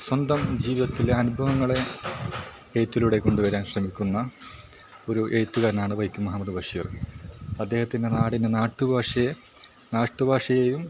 സ്വന്തം ജീവിതത്തിലെ അനുഭവങ്ങളെ എഴുത്തിലൂടെ കൊണ്ട് വരാൻ ശ്രമിക്കുന്ന ഒരു എഴുത്തുക്കാരനാണ് വൈക്കം മുഹമ്മദ് ബഷീർ അദ്ദേഹത്തിൻ്റെ നാടിനെ നാട്ടു ഭാഷയെ നാട്ടു ഭാഷയും